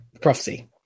prophecy